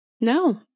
No